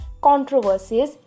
controversies